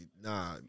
nah